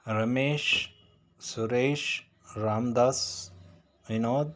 Ramesh Suresh Ramdas Vinod